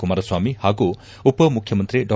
ಕುಮಾರಸ್ವಾಮಿ ಹಾಗೂ ಉಪಮುಖ್ಯಮಂತ್ರಿ ಡಾ